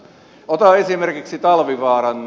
otan esimerkiksi talvivaaran